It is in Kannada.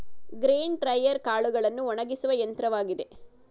ಗ್ರೇನ್ ಡ್ರೈಯರ್ ಕಾಳುಗಳನ್ನು ಒಣಗಿಸುವ ಯಂತ್ರವಾಗಿದೆ